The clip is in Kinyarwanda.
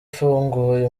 ifunguye